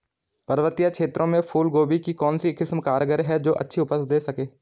पर्वतीय क्षेत्रों में फूल गोभी की कौन सी किस्म कारगर है जो अच्छी उपज दें सके?